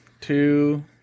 two